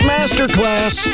Masterclass